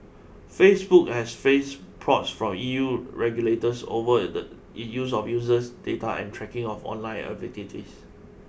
Facebook has faced probes from E U regulators over its use of user data and tracking of online activities